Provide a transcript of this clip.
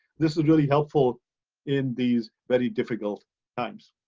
this is really helpful in these very difficult times.